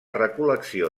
recol·lecció